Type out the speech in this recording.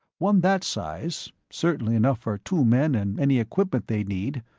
one that size, certainly enough for two men and any equipment they'd need.